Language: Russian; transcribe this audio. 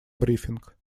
брифинг